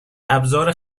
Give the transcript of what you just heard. ابزار